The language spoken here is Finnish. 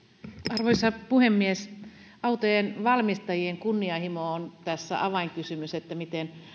arvoisa puhemies autojen valmistajien kunnianhimo on avainkysymys tässä miten